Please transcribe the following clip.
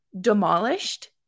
demolished